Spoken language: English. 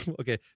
Okay